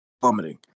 plummeting